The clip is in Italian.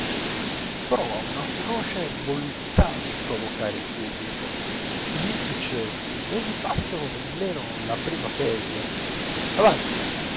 prova una feroce voluttà nel provocare il pubblico gli insuccessi non gli passano nemmeno la prima pelle avanti